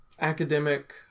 academic